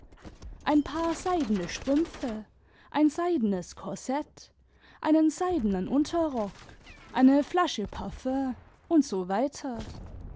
lein paar seidene strümpfe ein seidenes korsett einen seidenen unterrock eine flasche parfüm und so weiter